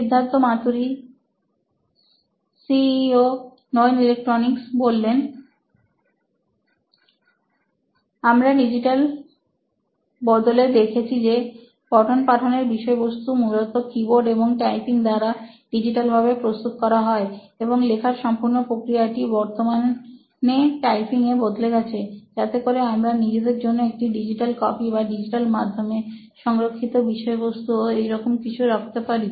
Siddharth Maturi C C O নোইন electronics আমরা digital বদলে দেখেছি যে পঠনপাঠনের বিষয়বস্তুর মূলত কিবোর্ড এবং টাইপিং দ্বারা ডিজিটাল ভাবে প্রস্তুত করা হয় এবং লেখার সম্পূর্ণ প্রক্রিয়াটি বর্তমানে টাইপিং এ বদলে গেছে যাতে করে আমরা নিজেদের জন্য একটা ডিজিটাল কপি বা ডিজিটাল মাধ্যমে সংরক্ষিত বিষয়বস্তুও ঐরকম কিছু রাখতে পারি